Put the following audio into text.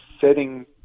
setting